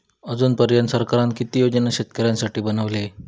अजून पर्यंत सरकारान किती योजना शेतकऱ्यांसाठी बनवले?